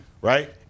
Right